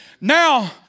Now